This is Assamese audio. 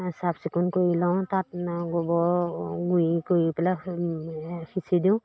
চাফ চিকুণ কৰি লওঁ তাত গোবৰ গুড়ি কৰি পেলাই সিঁচি দিওঁ